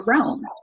Rome